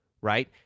right